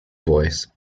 voice